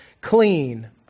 clean